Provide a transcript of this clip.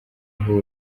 aho